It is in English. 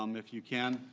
um if you can.